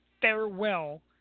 farewell